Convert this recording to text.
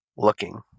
Looking